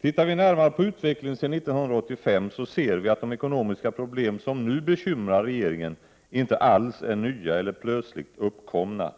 Tittar vi närmare på utvecklingen sedan 1985 ser vi att de ekonomiska problem som nu bekymrar regeringen inte alls är nya eller plötsligt uppkomna.